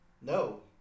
No